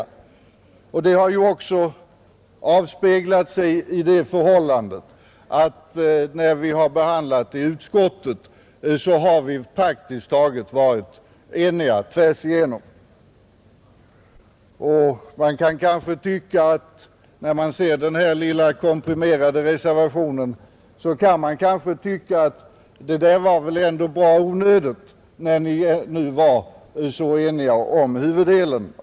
Det skickliga arbetet har ju också avspeglat sig i det förhållandet att vi vid behandlingen i utskottet har praktiskt taget varit eniga tvärs igenom. Och när man ser den här lilla komprimerade reservationen kan man kanske litet ytligt tycka att den var väl ändå bra onödig när vi nu var så eniga om huvuddelen.